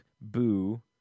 boo